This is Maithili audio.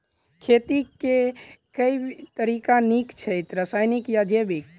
खेती केँ के तरीका नीक छथि, रासायनिक या जैविक?